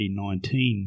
2019